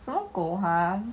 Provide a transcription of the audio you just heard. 什么狗啊